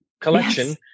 collection